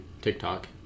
TikTok